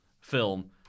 film